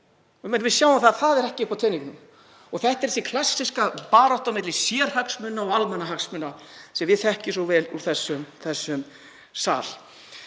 Við sjáum að það er ekki uppi á teningnum. Þetta er klassíska baráttan á milli sérhagsmuna og almannahagsmuna sem við þekkjum svo vel úr þessum sal.